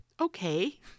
Okay